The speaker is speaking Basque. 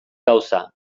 gauza